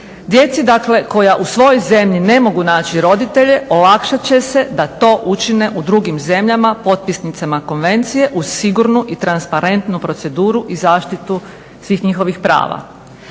Djeci koja u svojoj zemlji ne mogu naći roditelje, olakšat će se da to učine u drugim zemljama potpisnicama konvencije uz sigurnu i transparentnu proceduru i zaštitu svih njihovih prava.